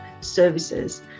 services